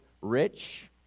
rich